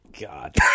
God